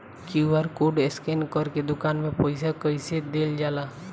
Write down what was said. QR code scan करके दुकान में पईसा कइसे देल जाला?